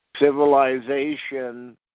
civilization